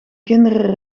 kinderen